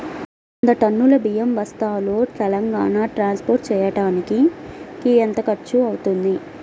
వంద టన్నులు బియ్యం బస్తాలు తెలంగాణ ట్రాస్పోర్ట్ చేయటానికి కి ఎంత ఖర్చు అవుతుంది?